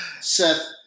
Seth